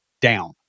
down